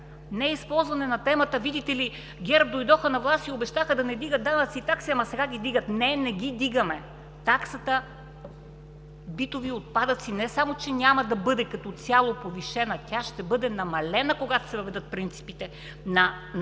не използване на темата „видите ли, ГЕРБ дойдоха на власт и обещаха да не вдигат данъци и такси, ама сега ги вдигат“. Не, не ги вдигаме! Таксата битови отпадъци не само че няма да бъде като цяло повишена, тя ще бъде намалена, когато се въведат принципите на това